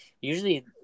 usually